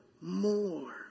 more